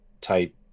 type